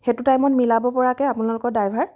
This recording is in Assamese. সেইটো টাইমত মিলাব পৰাকৈ আপোনলোকৰ ড্ৰাইভাৰ